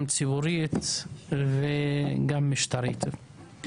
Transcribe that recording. גם ציבורית וגם משטרית.